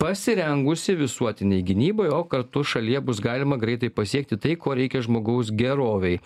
pasirengusi visuotinei gynybai o kartu šalyje bus galima greitai pasiekti tai ko reikia žmogaus gerovei